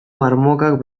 marmokak